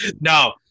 No